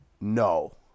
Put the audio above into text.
no